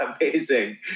amazing